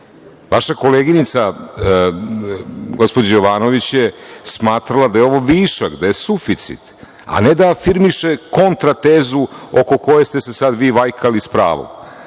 koleginica gospođa Jovanović je smatrala da je ovo višak, da je ovo suficit, a ne da afirmiše kontra-tezu oko koje ste se sad vi vajkali s pravom.